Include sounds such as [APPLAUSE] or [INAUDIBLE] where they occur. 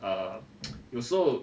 err [NOISE] 有时候